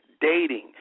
Dating